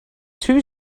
too